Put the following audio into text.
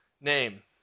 name